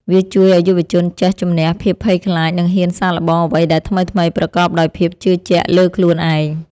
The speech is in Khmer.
វាជួយឱ្យយុវជនចេះជម្នះភាពភ័យខ្លាច និងហ៊ានសាកល្បងអ្វីដែលថ្មីៗប្រកបដោយភាពជឿជាក់លើខ្លួនឯង។